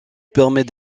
permet